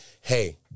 Hey